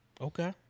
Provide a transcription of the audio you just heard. Okay